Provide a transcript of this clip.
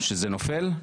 שזה נופל?